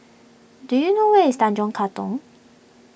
do you know where is Tanjong Katong